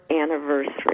anniversary